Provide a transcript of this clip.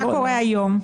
מה קורה היום?